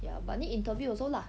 ya but need interview also lah